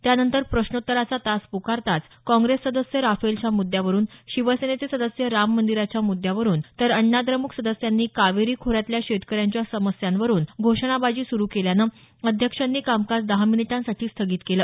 त्यानंतर प्रश्नोत्तराचा तास पुकारताच काँग्रेस सदस्य राफेलच्या मुद्यावरून शिवसेनेचे सदस्य राम मंदिराच्या मुद्यावरून तर अण्णाद्रमुक सदस्यांनी कावेरी खोऱ्यातल्या शेतकऱ्यांच्या समस्यांवरून घोषणाबाजी सुरू केल्यानं अध्यक्षांनी कामकाज दहा मिनिटांसाठी स्थगित केलं